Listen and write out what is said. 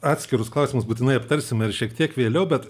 atskirus klausimus būtinai aptarsime ir šiek tiek vėliau bet